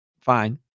fine